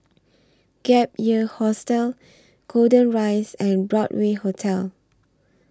Gap Year Hostel Golden Rise and Broadway Hotel